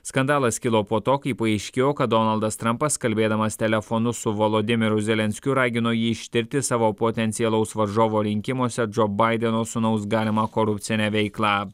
skandalas kilo po to kai paaiškėjo kad donaldas trampas kalbėdamas telefonu su volodymyru zelenskiu ragino jį ištirti savo potencialaus varžovo rinkimuose džo baideno sūnaus galimą korupcinę veiklą